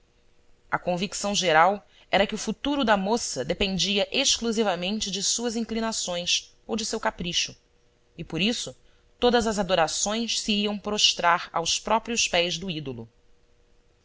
a convicção geral era que o futuro da moça dependia exclusivamente de suas inclinações ou de seu capricho e por isso todas as adorações se iam prostrar aos próprios pés do ídolo